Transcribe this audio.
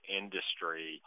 industry